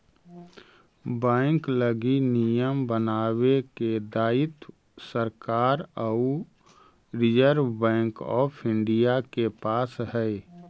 bank लगी नियम बनावे के दायित्व सरकार आउ रिजर्व बैंक ऑफ इंडिया के पास हइ